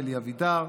אלי אבידר,